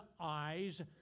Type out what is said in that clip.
eyes